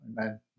Amen